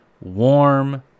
warm